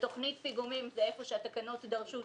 ותוכנית פיגומים זה איפה שהתקנות תדרושנה